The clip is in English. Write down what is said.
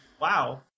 wow